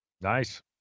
Nice